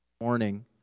morning